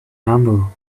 humble